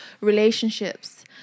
relationships